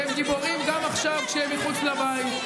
והם גיבורים גם עכשיו כשהם מחוץ לבית,